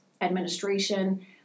administration